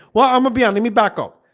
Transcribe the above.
well, i'm gonna be on let me back up